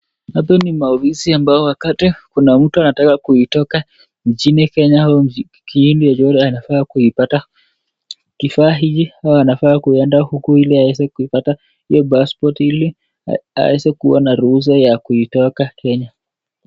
Hapa ni maofisi ambao wakati kuna mtu anataka kuitoka nchini Kenya au kijijini chochote anafaa kuipata kifaa hiki au anafaa kuienda huku ili aweze kuipata hiyo passport ili aweze kuwa na ruhusa ya kuitoka Kenya.